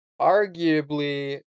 Arguably